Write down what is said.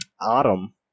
Autumn